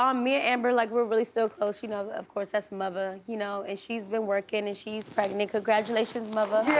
um me and ah amber like were really so close you know of course that's mother, you know and she's been working and she's pregnant, congratulations mother. yeah,